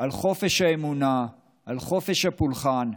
על חופש האמונה, על חופש הפולחן,